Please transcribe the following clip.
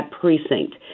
precinct